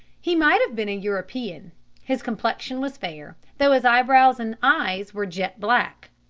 he might have been a european his complexion was fair, though his eyebrows and eyes were jet black,